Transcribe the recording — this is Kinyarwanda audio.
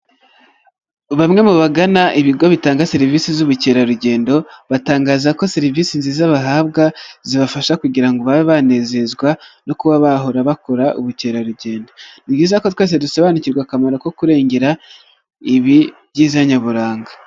Bamwe mu bagana ibigo bitanga serivisi z'ubukerarugendo, batangaza ko serivisi nziza bahabwa zibafasha kugira ngo babe banezezwa no kuba bahora bakora ubukerarugendo. Ni byiza ko twese dusobanukirwa akamaro ko kurengera ibi byiza nyaburanga.